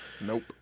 Nope